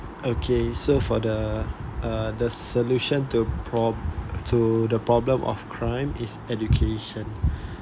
okay so for the uh the solution to prob~ so the problem of crime is education